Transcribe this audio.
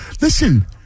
Listen